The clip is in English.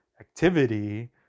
activity